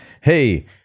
hey